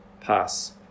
pass